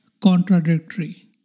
contradictory